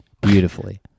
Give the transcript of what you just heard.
beautifully